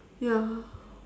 ya